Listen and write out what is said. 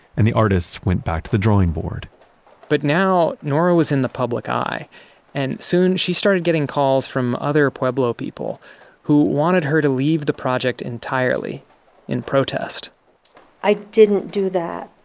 and the artists went back to the drawing board but now nora was in the public eye and soon she started getting calls from other pueblo people who wanted her to leave the project entirely in protest i didn't do that.